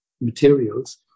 materials